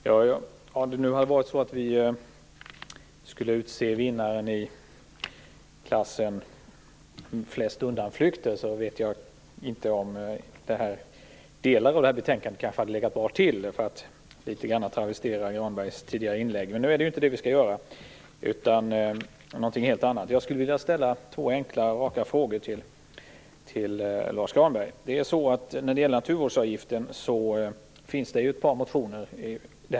Herr talman! Jag kan travestera Lars Granbergs tidigare inlägg: Om vi skulle utse vinnaren i klassen "flest undanflykter" skulle kanske delar av det här betänkandet ligga bra till. Nu är det inte det vi skall göra utan någonting helt annat. Jag skulle vilja ställa två enkla, raka frågor till När det gäller naturvårdsavgiften finns det ett par motioner.